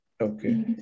Okay